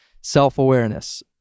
self-awareness